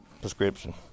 prescription